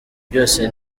byose